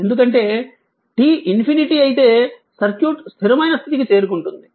ఎందుకంటే t ➝∞ అయితే circuit స్థిరమైన స్థితికి చేరుకుంటుంది